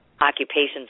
occupations